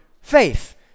faith